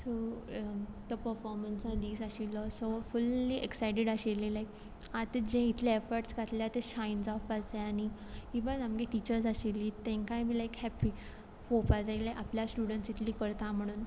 so तो परफोर्मन्सा दीस आशिल्लो सो फुल्ली एक्सायटेड आशिल्ली लायक आतां जे इतले एफर्ड्स घातल्या ते शायन जावपा जाय आनी इवन आमगे टिचर्स आशिल्ली तेंकांय बी लायक हॅप्पी पोवपा जाय लायक आपल्या स्टुडंट्स इतलीं करता म्हणोन